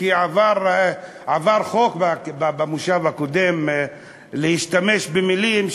כי עבר חוק במושב הקודם שלהשתמש במילים,